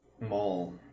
mall